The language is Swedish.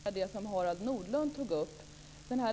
Fru talman! Jag vill också passa på att ställa en fråga till miljöministern, och min fråga tangerar det som Harald Nordlund tog upp.